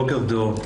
בוקר טוב,